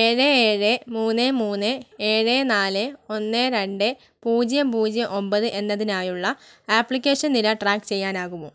ഏഴ് ഏഴ് മൂന്ന് മൂന്ന് ഏഴ് നാല് ഒന്ന് രണ്ട് പൂജ്യം പൂജ്യം ഒമ്പത് എന്നതിനായുള്ള ആപ്ലിക്കേഷൻ നില ട്രാക്ക് ചെയ്യാനാകുമോ